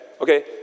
Okay